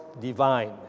divine